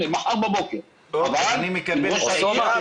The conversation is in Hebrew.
אוסאמה,